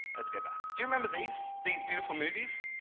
let's go back. do you remember these, these beautiful movies?